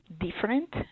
different